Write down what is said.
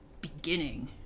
beginning